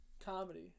Comedy